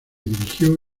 dirigió